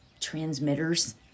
transmitters